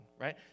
right